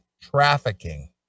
trafficking